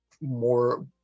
more